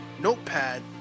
notepad